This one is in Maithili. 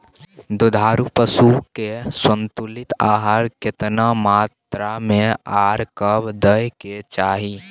दुधारू पशुओं के संतुलित आहार केतना मात्रा में आर कब दैय के चाही?